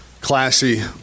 classy